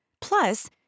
plus